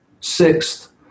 sixth